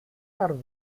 are